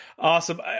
Awesome